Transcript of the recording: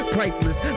Priceless